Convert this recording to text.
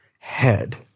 head